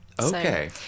Okay